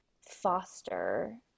foster